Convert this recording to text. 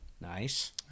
Nice